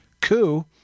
coup